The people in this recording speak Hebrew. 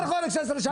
מספיק כבר.